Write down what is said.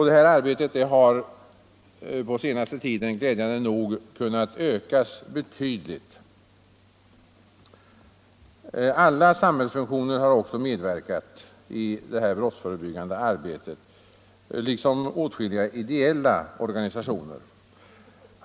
Detta arbete har på senaste tiden glädjande nog kunnat ökas betydligt. Andra samhällsfunktioner har också medverkat i detta brottsförebyggande arbete liksom åtskilliga ideella organisationer.